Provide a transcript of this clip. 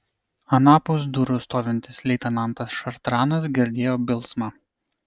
anapus durų stovintis leitenantas šartranas girdėjo bilsmą